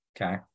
Okay